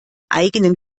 eigenen